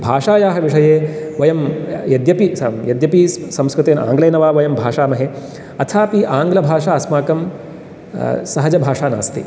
भाषायाः विषये वयं यद्यपि यद्यपि संस्कृतेन आङ्ग्लेन वा वयं भाषामहे अथापि आङ्ग्लभाषा अस्माकं सहजभाषा नास्ति